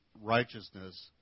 righteousness